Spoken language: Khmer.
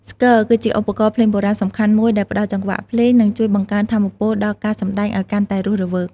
ស្គរ គឺជាឧបករណ៍ភ្លេងបុរាណសំខាន់មួយ ដែលផ្តល់ចង្វាក់ភ្លេង និងជួយបង្កើនថាមពលដល់ការសម្តែងឲ្យកាន់តែរស់រវើក។